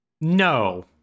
no